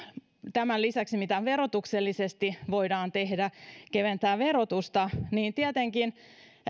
tämän lisäksi mitä verotuksellisesti voidaan tehdä keventää verotusta on tietenkin